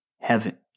heaven